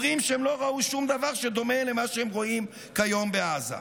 אומרים שהם לא ראו שום דבר שדומה למה שהם רואים כיום בעזה',